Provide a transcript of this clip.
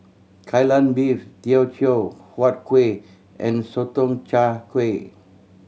Kai Lan Beef Teochew Huat Kuih and Sotong Char Kway